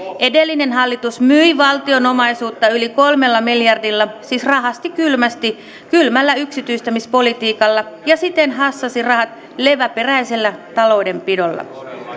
edellinen hallitus myi valtion omaisuutta yli kolmella miljardilla siis rahasti kylmästi kylmällä yksityistämispolitiikalla ja siten hassasi sitten rahat leväperäisellä taloudenpidolla